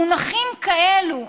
מונחים כאלה.